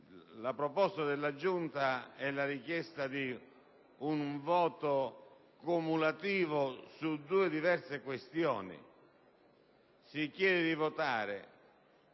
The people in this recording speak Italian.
formulata, la Giunta ha richiesto un voto cumulativo su due diverse questioni. Si chiede di votare